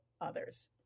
others